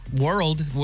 world